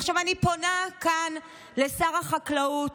עכשיו אני פונה כאן לשר החקלאות: